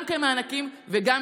גם כמענקים וגם